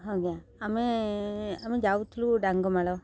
ଆଜ୍ଞା ଆମେ ଆମେ ଯାଉଥିଲୁ ଡାଙ୍ଗମାଳ